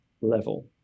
level